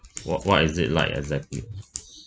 what what is it like exactly